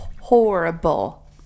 horrible